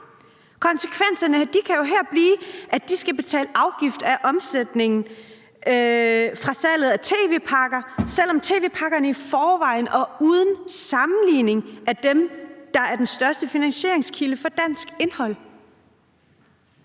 Konsekvenserne kan jo her blive, at de skal betale afgift af omsætningen fra salget af tv-pakker, selv om tv-pakkerne i forvejen og uden sammenligning er dem, der er den største finansieringskilde for dansk indhold.